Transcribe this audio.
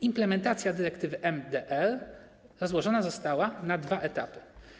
Implementacja dyrektywy MDR rozłożona została na dwa etapy.